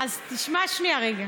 אז תשמע רגע.